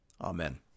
Amen